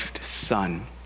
son